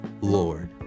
Lord